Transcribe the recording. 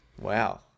Wow